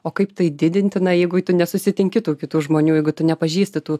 o kaip tai didintina jeigu tu nesusitinki tų kitų žmonių jeigu tu nepažįsti tų